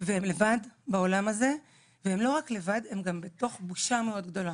והן לבד בעולם הזה והן לא רק לבד הן גם מרגישות בושה מאוד גדולה.